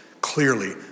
clearly